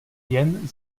jen